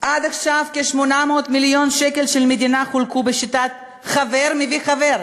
עד עכשיו כ-800 מיליון של המדינה חולקו בשיטת חבר מביא חבר,